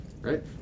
right